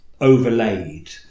overlaid